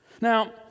Now